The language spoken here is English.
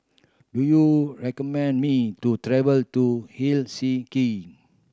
do you recommend me to travel to Helsinki